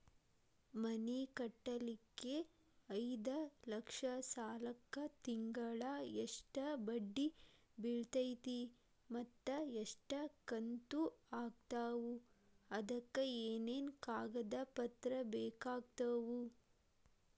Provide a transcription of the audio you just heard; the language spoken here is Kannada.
ಮನಿ ಕಟ್ಟಲಿಕ್ಕೆ ಐದ ಲಕ್ಷ ಸಾಲಕ್ಕ ತಿಂಗಳಾ ಎಷ್ಟ ಬಡ್ಡಿ ಬಿಳ್ತೈತಿ ಮತ್ತ ಎಷ್ಟ ಕಂತು ಆಗ್ತಾವ್ ಅದಕ ಏನೇನು ಕಾಗದ ಪತ್ರ ಬೇಕಾಗ್ತವು?